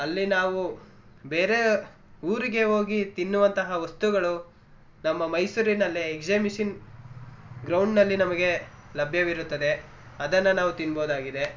ಅಲ್ಲಿ ನಾವು ಬೇರೆ ಊರಿಗೆ ಹೋಗಿ ತಿನ್ನುವಂತಹ ವಸ್ತುಗಳು ನಮ್ಮ ಮೈಸೂರಿನಲ್ಲೇ ಎಕ್ಸಿಮಿಷಿನ್ ಗ್ರೌಂಡಿನಲ್ಲಿ ನಮಗೆ ಲಭ್ಯವಿರುತ್ತದೆ ಅದನ್ನು ನಾವು ತಿನ್ಬೋದಾಗಿದೆ